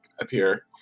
appear